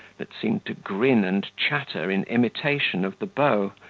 that seemed to grin and chatter in imitation of the beau,